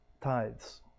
tithes